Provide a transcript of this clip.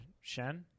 Shen